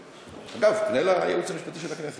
אגב, פנה לייעוץ המשפטי של הכנסת.